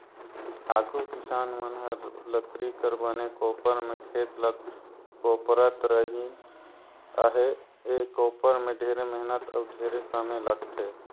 आघु किसान मन हर लकरी कर बने कोपर में खेत ल कोपरत रिहिस अहे, ए कोपर में ढेरे मेहनत अउ ढेरे समे लगथे